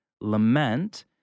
Lament